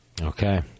Okay